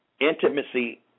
intimacy